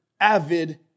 avid